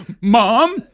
mom